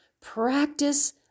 practice